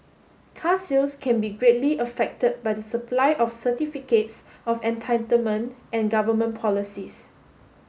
car sales can be greatly affected by the supply of certificates of entitlement and government policies